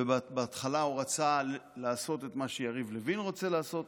ובהתחלה הוא רצה לעשות את מה שיריב לוין רוצה לעשות,